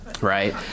Right